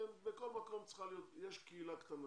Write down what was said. בכל מקום יש קהילה קטנה.